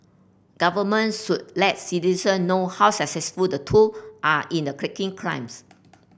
governments should let citizen know how successful the tool are in the cracking crimes